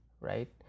right